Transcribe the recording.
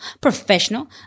professional